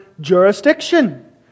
jurisdiction